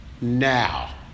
now